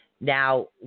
Now